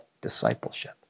discipleship